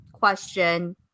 question